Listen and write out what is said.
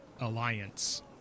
alliance